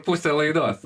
pusę laidos